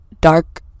dark